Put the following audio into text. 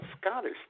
Scottish